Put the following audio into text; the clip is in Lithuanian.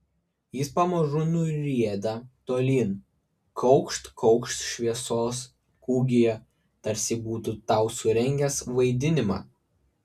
jis pamažu nurieda tolyn kaukšt kaukšt šviesos kūgyje tarsi būtų tau surengęs vaidinimą